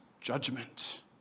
judgment